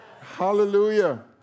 Hallelujah